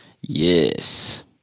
yes